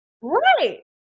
Right